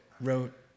wrote